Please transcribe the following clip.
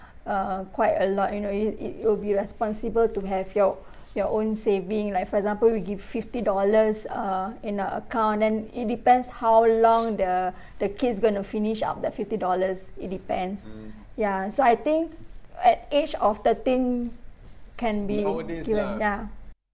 uh quite a lot you know it it it will be responsible to have your your own saving like for example we give fifty dollars uh in a account then it depends how long the the kid's going to finish up that fifty dollars it depends ya so I think at age of thirteen can be given ya